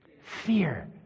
Fear